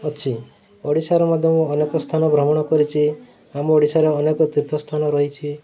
ଅଛି ଓଡ଼ିଶାର ମଧ୍ୟ ମୁଁ ଅନେକ ସ୍ଥାନ ଭ୍ରମଣ କରିଛି ଆମ ଓଡ଼ିଶାରେ ଅନେକ ତୀର୍ଥ ସ୍ଥାନ ରହିଛି